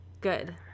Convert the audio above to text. good